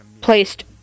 placed